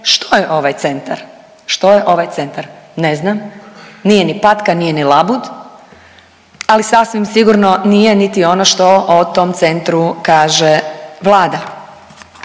Što je ovaj centar? Ne znam. Nije ni patka, nije ni labud ali sasvim sigurno nije niti ono što o tom centru kaže Vlada.